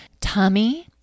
Tommy